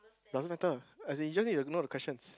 doesn't matter as he just need to know the questions